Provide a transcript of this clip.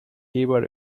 keyboard